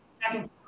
second